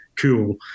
cool